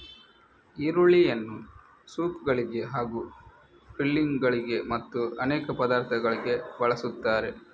ಈರುಳ್ಳಿಯನ್ನು ಸೂಪ್ ಗಳಿಗೆ ಹಾಗೂ ಗ್ರಿಲ್ಲಿಂಗ್ ಗಳಿಗೆ ಮತ್ತು ಅನೇಕ ಪದಾರ್ಥಗಳಿಗೆ ಬಳಸುತ್ತಾರೆ